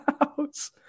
house